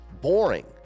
boring